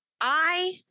I-